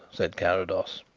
said carrados.